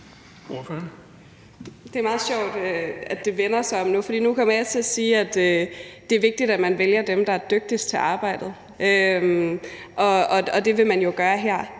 Det er meget sjovt, at det vender sig om nu, for nu kommer jeg til at sige, at det er vigtigt, at man vælger dem, der er dygtigst til arbejdet, og det vil man jo gøre her.